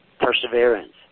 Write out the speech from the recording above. perseverance